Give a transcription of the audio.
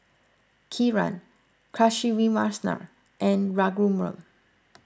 Kiran Kasiviswanathan and Raghuram